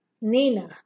Nina